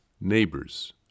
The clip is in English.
Neighbors